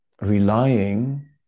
relying